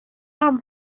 arm